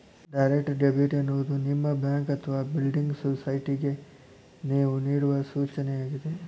direct debit ಎನ್ನುವುದು ನಿಮ್ಮ bank ಅಥವಾ ಬಿಲ್ಡಿಂಗ್ ಸೊಸೈಟಿಗೆ ನೇವು ನೇಡುವ ಸೂಚನೆಯಾಗಿದೆ